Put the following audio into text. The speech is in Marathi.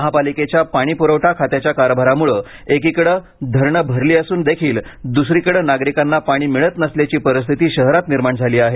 महापालिकेच्या पाणी प्रवठा खात्याच्या कारभारामुळे एकीकडे धरणं भरली असून देखील दुसरीकडे नागरिकांना पाणी मिळत नसल्याची परिस्थिती शहरात निर्माण झाली आहे